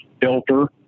filter